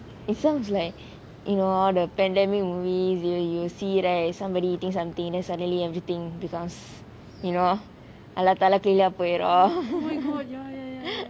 it sounds like you know the pandemic movie you you see right somebody thinks something suddenly everything becomes you know எல்லாம் தலைகீழா போய்டும்:ellaam thalaikeezha poyidum